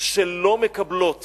שלא מקבלות